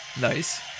Nice